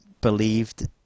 believed